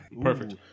Perfect